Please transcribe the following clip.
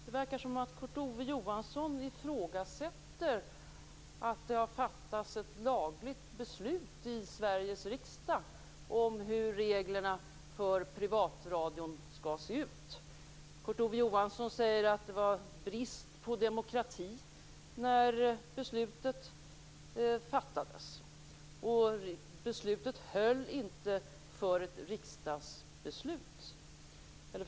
Det verkar som att Kurt Ove Johansson ifrågasätter att det har fattats ett lagligt beslut i Sveriges riksdag om hur reglerna för privatradion skall se ut. Kurt Ove Johansson säger att det var brist på demokrati när beslutet fattades. Förslaget höll inte för ett riksdagsbeslut.